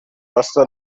basa